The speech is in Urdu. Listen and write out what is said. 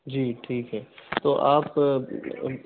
جی ٹھیک ہے تو آپ